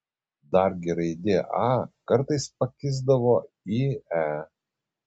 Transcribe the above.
dargi raidė a kartais pakisdavo į e